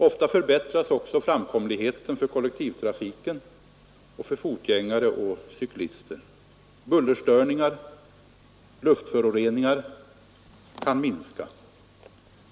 Ofta förbättras också framkomligheten för kollektivtrafiken och för fotgängare och cyklister. Bullerstörningar och luftföroreningar kan minska.